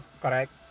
Correct